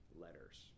letters